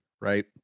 right